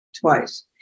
twice